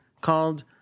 called